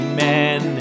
men